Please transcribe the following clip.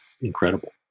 incredible